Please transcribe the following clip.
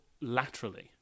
laterally